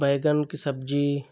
बैंगन की सब्ज़ी